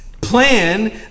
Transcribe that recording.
plan